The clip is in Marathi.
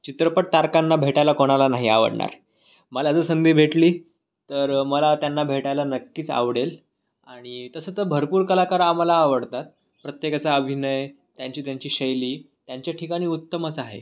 चित्रपट तारकांना भेटायला कोणाला नाही आवडणार मला जर संधी भेटली तर मला त्यांना भेटायला नक्कीच आवडेल आणि तसं तर भरपूर कलाकार आम्हाला आवडतात प्रत्येकाचा अभिनय त्यांची त्यांची शैली त्यांच्या ठिकाणी उत्तमच आहे